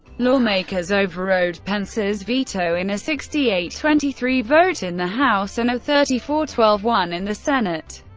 lawmakers overrode pence's veto in a sixty eight twenty three vote in the house and a thirty four twelve one in the senate.